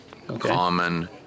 Common